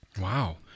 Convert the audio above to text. Wow